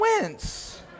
wins